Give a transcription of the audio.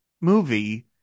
movie